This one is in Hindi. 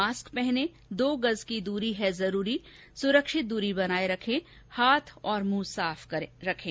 मास्क पहनें दो गज की दूरी है जरूरी सुरक्षित दूरी बनाए रखें हाथ और मुंह साफ रखें